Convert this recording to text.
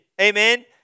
amen